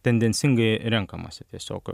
tendencingai renkamasi tiesiog